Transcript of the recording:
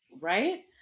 Right